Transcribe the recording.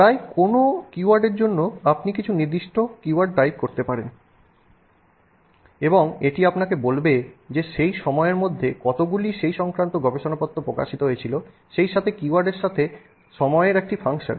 প্রায় কোনও কিওয়ার্ডের জন্য আপনি কিছু নির্দিষ্ট কীওয়ার্ড টাইপ করতে পারেন এবং এটি আপনাকে বলবে যে সেই সময়ের মধ্যে কতগুলি এই সংক্রান্ত গবেষণাপত্র প্রকাশিত হয়েছিল সেই সাথে কীওয়ার্ডগুলির সাথে সময়ের একটি ফাংশন